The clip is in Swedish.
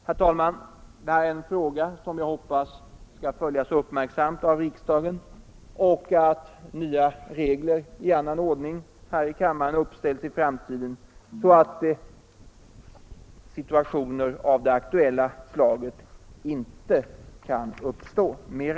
Herr talman! Det här är en fråga som jag hoppas skall följas uppmärksamt av riksdagen; jag hoppas att nya regler i annan ordning uppställs här i kammaren i framtiden, så att situationer av det aktuella slaget inte kan uppstå mer.